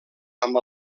amb